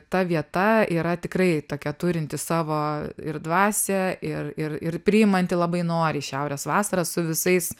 ta vieta yra tikrai tokia turinti savo ir dvasią ir ir ir priimanti labai noriai šiaurės vasarą su visais